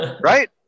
Right